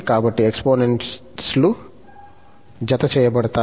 కాబట్టి ఎక్సపోనెంట్స్ లు అక్కడ జతచేయబడతాయి మరియు మనకు e1−